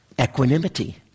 Equanimity